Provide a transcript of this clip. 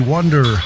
Wonder